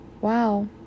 Wow